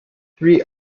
three